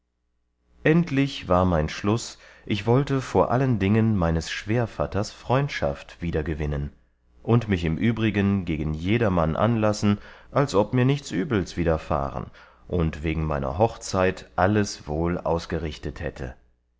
endlich war mein schluß ich wollte vor allen dingen meines schwährvatters freundschaft wieder gewinnen und mich im übrigen gegen jedermann anlassen als ob mir nichts übels widerfahren und wegen meiner hochzeit alles wohl ausgerichtet hätte